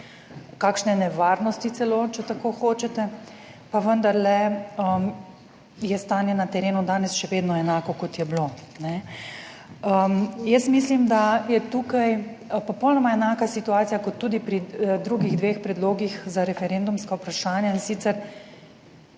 kakšne nevarnosti celo, če tako hočete, pa vendarle je stanje na terenu danes še vedno enako kot je bilo. Jaz mislim, da je tukaj popolnoma enaka situacija, kot tudi pri drugih dveh predlogih za referendumska vprašanja. In sicer,